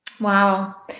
Wow